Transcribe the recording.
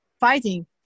fighting